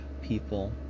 people